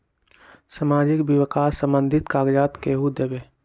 समाजीक विकास संबंधित कागज़ात केहु देबे?